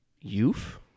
Youth